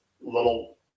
little